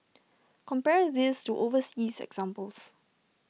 compare this to overseas examples